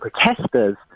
protesters